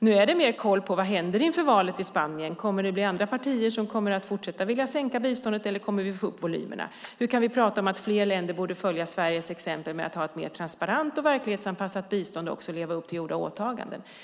Det är mer koll på vad som händer inför valet i Spanien, om det kommer andra partier som vill fortsätta att sänka biståndet eller om vi kommer att få upp volymerna, och hur vi kan tala om att fler länder borde följa Sveriges exempel med ett mer transparent och verklighetsanpassat bistånd och leva upp till gjorda åtaganden.